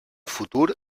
futur